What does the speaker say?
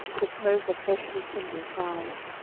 the smoke of freshly kindled fires.